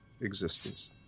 existence